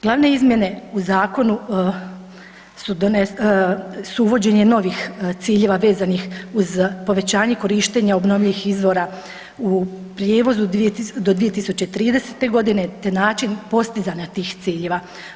Glavne izmjene u zakonu su uvođenje novih ciljeva vezanih uz povećanje korištenje obnovljivih izvora u prijevozu do 2030. godine te način postizanja tih ciljeva.